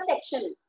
section